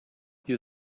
you